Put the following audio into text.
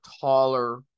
taller